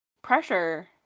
pressure